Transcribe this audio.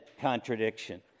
contradiction